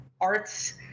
arts